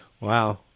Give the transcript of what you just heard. Wow